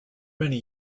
many